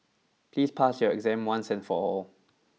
please pass your exam once and for all